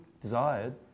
desired